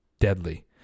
deadly